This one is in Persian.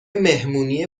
مهمونی